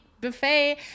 buffet